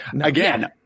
Again